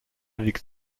wiegt